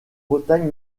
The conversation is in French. bretagne